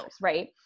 Right